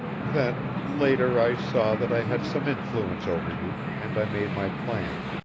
then later i saw that i had some influence over you, and i made my plan.